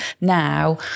now